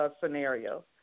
scenario